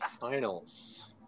Finals